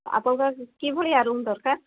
ଆପଣଙ୍କର କି ଭଳିଆ ରୁମ୍ ଦରକାର